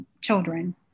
children